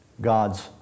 God's